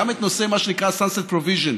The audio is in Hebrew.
גם את נושא מה שנקרא ה-sunset provision,